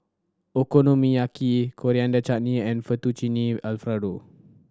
Okonomiyaki Coriander Chutney and Fettuccine Alfredo